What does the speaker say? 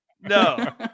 no